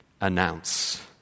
announce